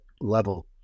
level